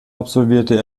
absolvierte